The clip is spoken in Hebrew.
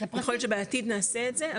יכול להיות שבעתיד נעשה את זה,